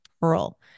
pearl